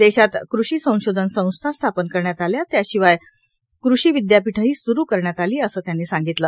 देशात कृषी संशोधन संस्था स्थापन करण्यात आल्या त्याशिवाय कृषी विद्यापीठेही सुरु करण्यात आली असे त्यांनी सांगितले